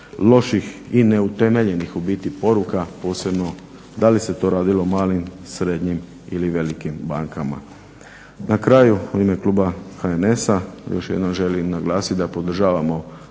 loših i neutemeljenih ubiti poruka posebno da li se to radilo o malim, srednjim ili velikim bankama. Na kraju, u ime kluba HNS-a još jednom želim naglasit da podržavamo